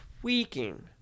tweaking